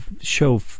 show